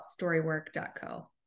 storywork.co